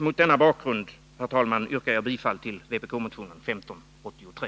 Mot denna bakgrund, herr talman, yrkar jag bifall till vpkmotionen 1583.